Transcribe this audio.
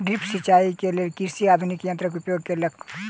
drip सिचाई के लेल कृषक आधुनिक यंत्रक उपयोग केलक